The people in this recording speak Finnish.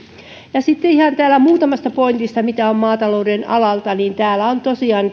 sitten ihan muutamasta pointista mitä on maatalouden alalta täällä on tosiaan